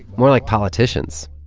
more like politicians.